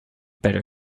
better